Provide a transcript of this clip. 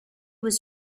was